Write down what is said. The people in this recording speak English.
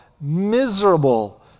miserable